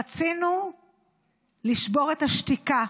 רצינו לשבור את השתיקה.